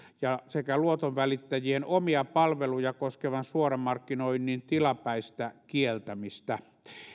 sekä luotonvälittäjien omia palveluja koskevan suoramarkkinoinnin tilapäistä kieltämistä